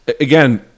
Again